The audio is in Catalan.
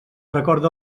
recorde